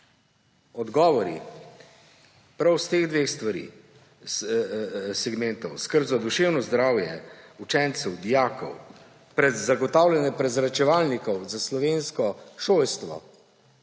Odgovori prav s teh dveh segmentov, skrb za duševno zdravje učencev, dijakov, zagotavljanje prezračevalnikov za slovensko šolstvo